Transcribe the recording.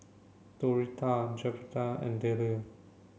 Doretta Jedidiah and Dayle